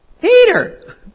Peter